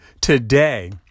today